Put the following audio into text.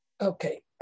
Okay